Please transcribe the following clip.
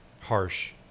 harsh